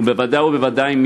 ובוודאי ובוודאי,